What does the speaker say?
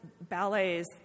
ballets